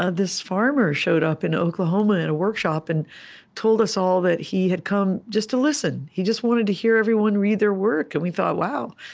ah this farmer showed up in oklahoma at a workshop and told us all that he had come just to listen. he just wanted to hear everyone read their work. and we thought, wow.